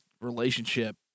relationship